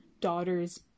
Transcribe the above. daughter's